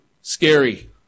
scary